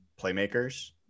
playmakers